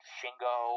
Shingo